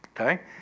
Okay